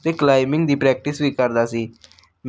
ਅਤੇ ਕਲਾਈਮਿੰਗ ਦੀ ਪ੍ਰੈਕਟਿਸ ਵੀ ਕਰਦਾ ਸੀ